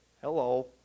Hello